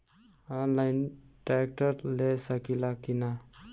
Online tractor ले सकीला कि न?